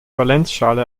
valenzschale